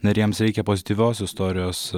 na ir jiems reikia pozityvios istorijos